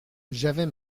j’avais